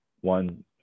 one